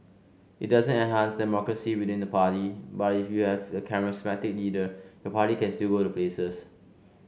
it doesn't enhance democracy within the party but if you have a charismatic leader your party can still go places